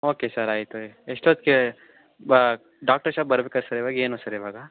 okay sir ಆಯಿತು ಎಷ್ಟೊತ್ತಿಗೆ ಬಾ ಡಾಕ್ಟ್ರು ಶಾಪ್ ಬರಬೇಕಾ ಸರ್ ಇವಾಗ ಏನು ಸರ್ ಇವಾಗ